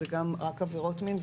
זה רק עבירות מין,